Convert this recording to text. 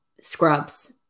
scrubs